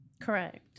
Correct